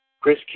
Chris